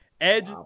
edge